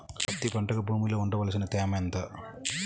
పత్తి పంటకు భూమిలో ఉండవలసిన తేమ ఎంత?